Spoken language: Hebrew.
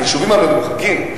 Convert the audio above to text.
ביישובים המרוחקים,